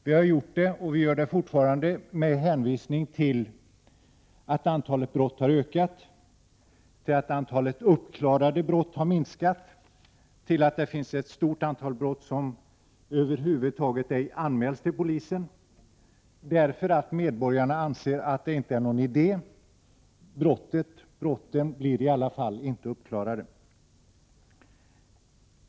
Vi har gjort det, och vi gör det fortfarande, med hänvisning till att antalet brott har ökat, till att antalet uppklarade brott har minskat och till att det finns ett stort antal brott som över huvud taget ej anmäls till polisen, därför att medborgarna inte tycker det vara någon idé — brotten blir ändå inte uppklarade.